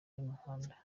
y’umuhanda